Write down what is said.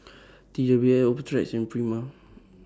T W Optrex and Prima